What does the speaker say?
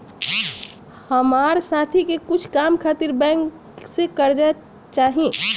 हमार साथी के कुछ काम खातिर बैंक से कर्जा चाही